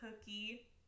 cookie